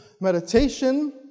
meditation